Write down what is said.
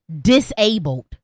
disabled